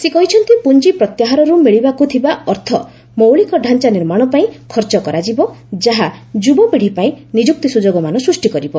ସେ କହିଛନ୍ତି ପୁଞ୍ଜି ପ୍ରତ୍ୟାହାରରୁ ମିଳିବାକୁ ଥିବା ଅର୍ଥ ମୌଳିକ ଡ଼ାଞ୍ଚା ନିର୍ମାଣ ପାଇଁ ଖର୍ଚ୍ଚ କରାଯିବ ଯାହା ଯୁବ ପିଢ଼ୀ ପାଇଁ ନିଯୁକ୍ତି ସୁଯୋଗମାନ ସୃଷ୍ଟି କରିବ